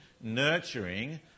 nurturing